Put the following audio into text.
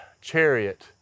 chariot